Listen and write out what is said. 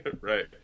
right